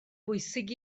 bwysig